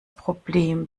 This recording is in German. problem